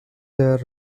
their